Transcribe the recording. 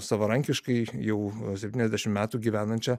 savarankiškai jau septyniasdešimt metų gyvenančią